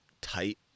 tight